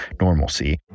normalcy